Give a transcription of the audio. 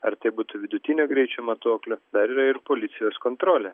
ar tai būtų vidutinio greičio matuoklių dar yra policijos kontrolė